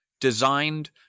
designed